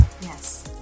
yes